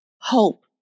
hope